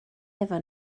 efo